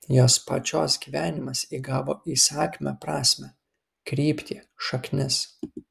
jos pačios gyvenimas įgavo įsakmią prasmę kryptį šaknis